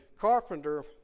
carpenter